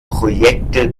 projekte